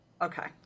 Okay